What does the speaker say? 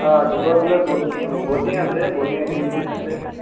দীপৰ বিলত ব' ব'টিং আছে ব'টিং এক্টিভিটিজ আছে